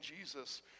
Jesus